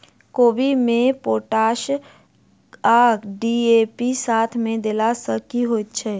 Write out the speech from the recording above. कोबी मे पोटाश आ डी.ए.पी साथ मे देला सऽ की होइ छै?